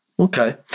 Okay